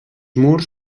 murs